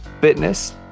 Fitness